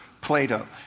Plato